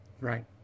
right